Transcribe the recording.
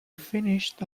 finished